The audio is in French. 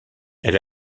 elle